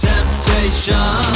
Temptation